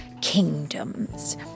kingdoms